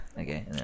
Okay